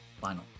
final